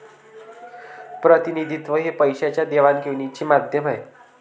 प्रतिनिधित्व हे पैशाच्या देवाणघेवाणीचे माध्यम आहे